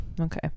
Okay